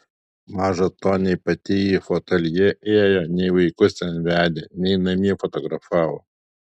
maža to nei pati į fotoateljė ėjo nei vaikus ten vedė nei namie fotografavo